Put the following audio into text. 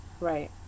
right